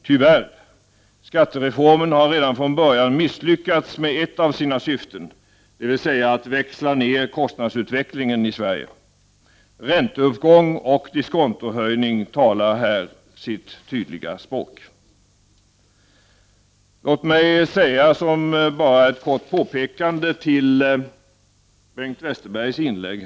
Tyvärr — skattereformen har redan från början misslyckats med ett av sina syften, dvs. att växla ned kostnadsutvecklingen i Sverige. Ränteuppgång och diskontohöjning talar här sitt tydliga språk. Låt mig göra bara ett kort påpekande till Bengt Westerbergs inlägg.